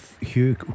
Hugh